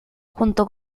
junto